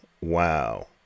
wow